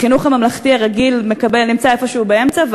החינוך הממלכתי הרגיל נמצא איפשהו באמצע,